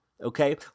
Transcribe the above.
Okay